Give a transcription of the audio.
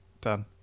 done